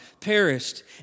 perished